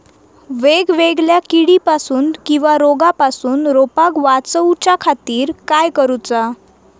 वेगवेगल्या किडीपासून किवा रोगापासून रोपाक वाचउच्या खातीर काय करूचा?